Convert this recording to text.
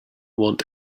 want